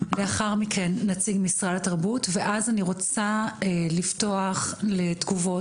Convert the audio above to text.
לאחר מכן נציג משרד התרבות ואז אני רוצה לפתוח לתגובות,